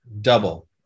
double